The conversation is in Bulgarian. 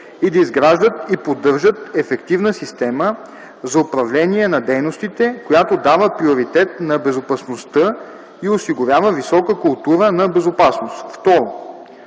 и да изграждат и поддържат ефективна система за управление на дейностите, която дава приоритет на безопасността и осигурява висока култура на безопасност;”.